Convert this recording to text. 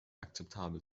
akzeptabel